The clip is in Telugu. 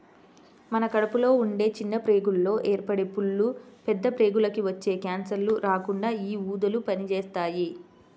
మన కడుపులో ఉండే చిన్న ప్రేగుల్లో ఏర్పడే పుళ్ళు, పెద్ద ప్రేగులకి వచ్చే కాన్సర్లు రాకుండా యీ ఊదలు పనిజేత్తాయి